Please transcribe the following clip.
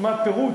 תשמע פירוט.